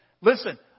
Listen